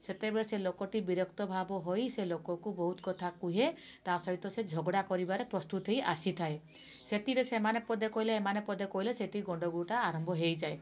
ସେତେବେଳେ ସେ ଲୋକଟି ବିରକ୍ତ ଭାବ ହୋଇ ସେ ଲୋକକୁ ବହୁତ କଥା କୁହେ ତା' ସହିତ ସେ ଝଗଡ଼ା କରିବାରେ ପ୍ରସ୍ତୁତ ହୋଇ ଆସିଥାଏ ସେଥିରେ ସେମାନେ ପଦେ କହିଲେ ଏମାନେ ପଦେ କହିଲେ ସେଠି ଗଣ୍ଡଗୋଳଟା ଆରମ୍ଭ ହୋଇଯାଏ